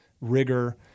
rigor